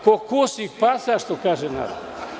Ko „kusih pasa“, što kaže narod.